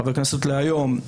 חבר כנסת היום,